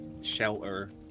Shelter